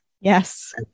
Yes